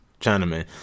Chinaman